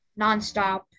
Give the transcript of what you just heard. nonstop